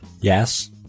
Yes